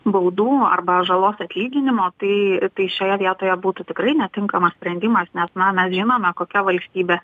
baudų arba žalos atlyginimo tai tai šioje vietoje būtų tikrai netinkamas sprendimas mes na mes žinome kokia valstybė